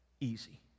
easy